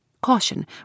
caution